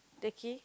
Turkey